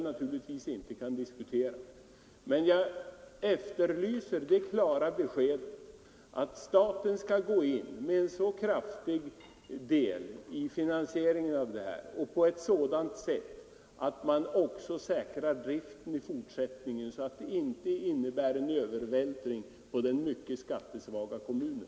Men jag efterlyser ett klart besked om att staten skall åta sig en så kraftig del av finansieringen att också den fortsatta driften av projektet kan säkras, för att därmed undvika en övervältring av kostnader på den mycket skattesvaga kommunen.